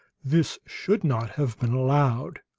this should not have been allowed!